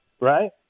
right